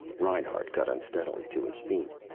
reinhart got unsteadily to his feet.